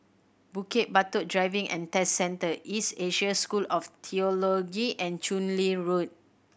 Bukit Batok Driving and Test Centre East Asia School of Theology and Chu Lin Road